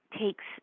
takes